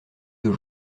deux